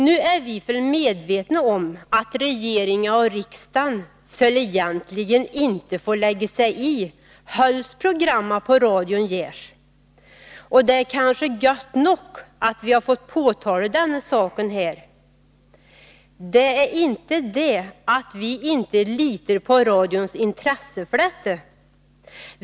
Nu är vi föll medvetne om att regeringa å riksdan föll egentligen inte får lägge säj i höls programma på radion gärs, och det är kanske gött nok att vi har fått påtale denne saken här. Dä ä inte dä att vi inte liter på radions intresse för dette.